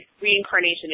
reincarnation